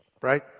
Right